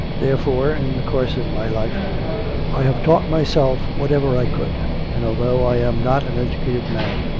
therefore, in the course of my life i have taught myself whatever i could, and although i am not an educated man,